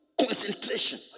Concentration